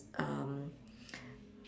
um